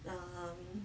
uh um